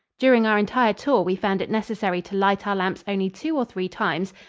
during our entire tour we found it necessary to light our lamps only two or three times,